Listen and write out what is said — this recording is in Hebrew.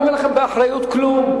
אני אומר לכם באחריות: כלום.